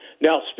Now